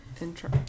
intro